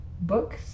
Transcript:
Books